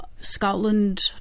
Scotland